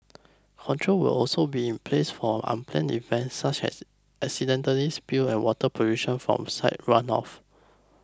controls will also be in place for unplanned events such as accidental spills and water pollution from site runoff